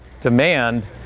demand